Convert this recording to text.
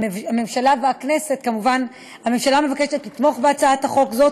הממשלה מבקשת לתמוך בהצעת החוק הזאת.